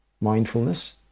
Mindfulness